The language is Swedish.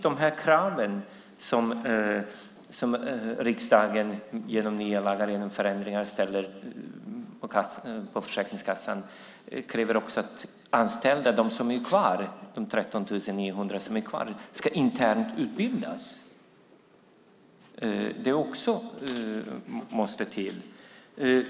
De här kraven som riksdagen genom nya lagar och förändringar ställer på Försäkringskassan kräver samtidigt att de 13 900 anställda som är kvar ska internutbildas. Det måste också till.